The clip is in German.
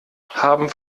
haben